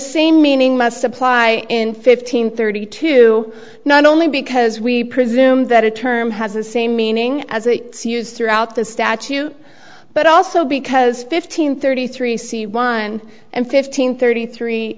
same meaning must apply in fifteen thirty two not only because we presume that a term has the same meaning as it's used throughout the statute but also because fifteen thirty three c one and fifteen thirty three